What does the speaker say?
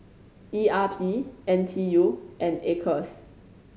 E R P N T U and Acres